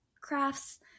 crafts